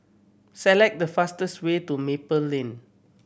select the fastest way to Maple Lane